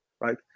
right